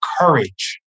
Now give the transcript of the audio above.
courage